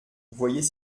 voyez